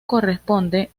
corresponde